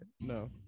No